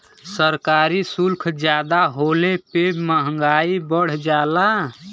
सरकारी सुल्क जादा होले पे मंहगाई बढ़ जाला